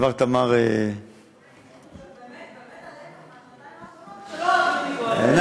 כבר תמר באמת הלקח מהשנתיים האחרונות הוא שלא אוהבים לנגוע בו.